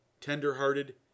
tender-hearted